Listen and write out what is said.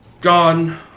Gone